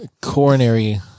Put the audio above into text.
coronary